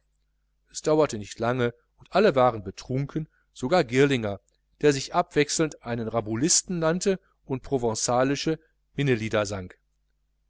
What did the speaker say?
es dauerte nicht lange und alle waren betrunken sogar girlinger der sich abwechselnd einen rabulisten nannte und provenalische minnelieder sang